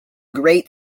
great